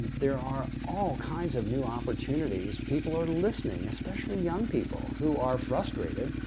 there are all kinds of new opportunities. people are listening especially young people who are frustrated.